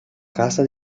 casa